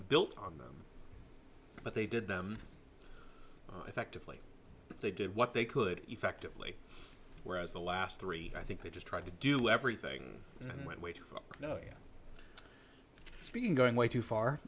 built on them but they did them effectively they did what they could effectively whereas the last three i think they just tried to do everything and went wait no you're speaking going way too far